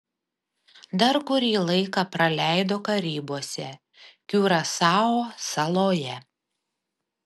dar kurį laiką praleido karibuose kiurasao saloje